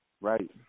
Right